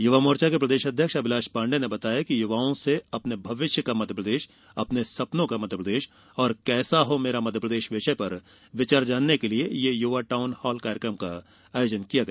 युवा मोर्चा के प्रदेश अध्यक्ष अभिलाष पाण्डे ने बताया कि युवाओं को अपने भविष्य का मध्यप्रदेश अपने सपनो का मध्यप्रदेश और कैसा हो मेरा मध्यप्रदेश विषय पर विचार जानने के लिए ये युवा टाउन हाल कार्यक्रम का आयोजन किया गया